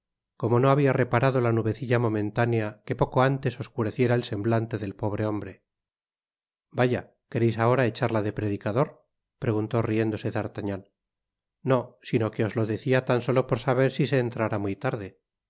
como no habia reparado la nubecilla momentánea que poco antes oscureciera el semblante del pobre hombre vaya quereis ahora echarla de predicador preguntó riéndose d'artagnan no sino que os lo decia tan solo por saber si se entrará muy tarde